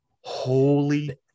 holy